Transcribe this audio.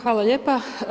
Hvala lijepo.